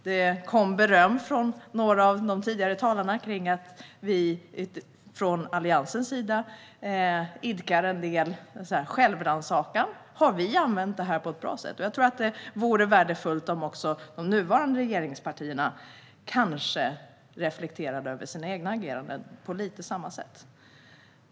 Det kom beröm från några av de tidigare talarna för att vi från Alliansens sida idkar en del självrannsakan: Har vi använt detta på ett bra sätt? Jag tror att det kanske vore värdefullt om även de nuvarande regeringspartierna reflekterade över sitt eget agerande lite på samma sätt.